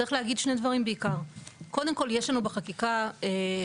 צריך להגיד בעיקר שני דברים: יש לנו בחקיקה הסדרים